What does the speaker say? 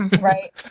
Right